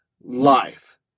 life